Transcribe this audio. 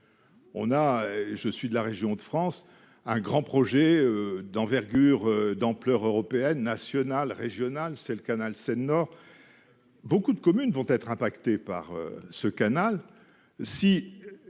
On a, je suis de la région de France, un grand projet d'envergure d'ampleur européenne nationale régionale c'est le canal Seine Nord. Beaucoup de communes vont être impactés par ce canal.